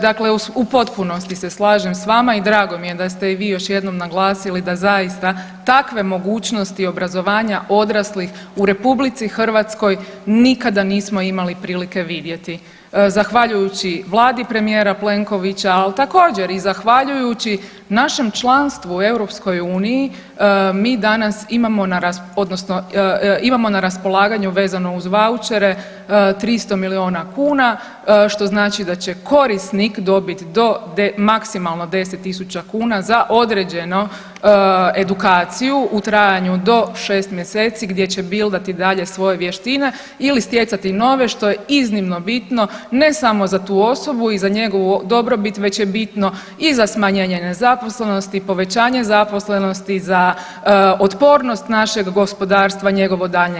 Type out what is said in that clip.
Dakle, u potpunosti se slažem sa vama i drago mi je da ste i vi još jednom naglasili da zaista takve mogućnosti obrazovanja odraslih u RH nikada nismo imali prilike vidjeti zahvaljujući Vladi premijera Plenkovića, ali i zahvaljujući našem članstvu u EU mi danas imamo na raspolaganju vezano uz vouchere 300 milijuna kuna što znači da će korisnik dobiti maksimalno 10000 kuna za određenu edukaciju u trajanju do 6 mjeseci gdje će bildati dalje svoje vještine ili stjecati nove što je iznimno bitno ne samo za tu osobu i za njegovu dobrobit već je bitno i za smanjenje nezaposlenosti, povećanje zaposlenosti, za otpornost našeg gospodarstva, njegovo daljnje